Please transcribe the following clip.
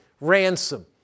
ransom